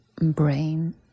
brain